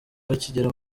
bakigera